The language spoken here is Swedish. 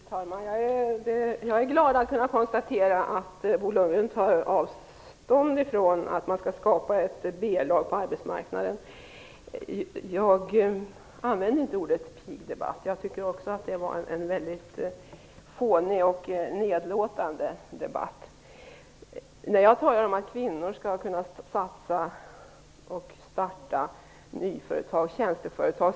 Fru talman! Jag är glad att kunna konstatera att Bo Lundgren tar avstånd från att man skall skapa ett B lag på arbetsmarknaden. Jag använder inte ordet pigdebatt. Också jag tycker att det var en väldigt fånig och nedlåtande debatt. Kvinnor skall kunna satsa och starta nya tjänsteföretag.